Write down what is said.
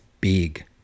big